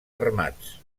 armats